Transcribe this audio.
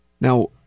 Now